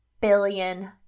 billion